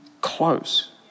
close